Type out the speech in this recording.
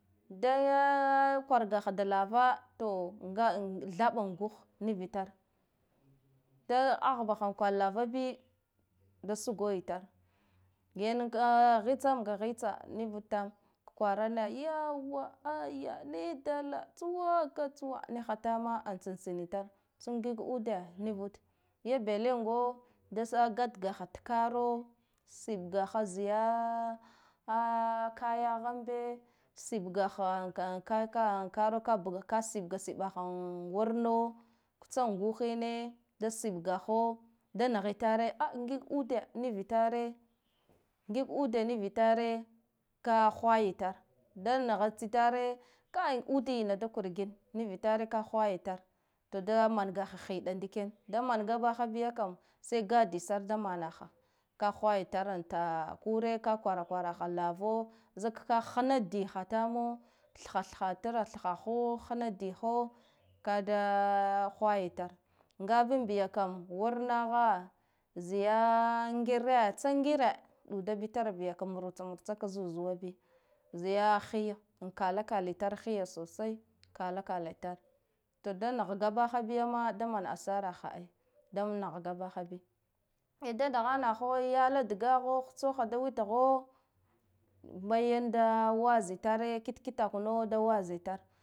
Da ya kwargaha da lava to gathaɓa an guh nivitar da ahbaha kwara tava bi da sugo itar yau ka hitsam ga hi tsanuvude tam kwarane yas ayya nidalla tsuwa ga tsuwa liha tam a tsana tsna itar tsa ngiga ude nirud, ya belengo dasa gat gaha takro sighazai ya kayaha ambe siggha kaikaha karo kbga ka sigga sigaha wurno tsa guhine da siggaho da nahitare aa ngiga uda nivitare, ka hwaya itare da naha tsitare kai udena da kurgine nivitare ka hwaya tare da mangaha hiɗa ndiken da man ga bahabiya kam sai gadi sar da mana ha ka hwaya itar ta kure ka kwara kwaraha lavo zak ka hanadiha tamo thathha tra ho hnadiha tamo thha thha tra thhaho, hnadiho kada hwaya itar gabinbi kam wurna ha zai ya ngrea tsa ngrea ndabitar biya ka mburutsa mbru tsa ka zuzuwa zaya hiya kala kala itar hiya sosai kala ka itar, to da nahgabah biya ma da man asara ha ai danahga bahbi da nahanaho yala dagaho hu tsoha da witho ba yanda wazza itare kitkitakulo da wazza itar.